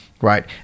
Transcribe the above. Right